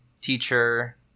teacher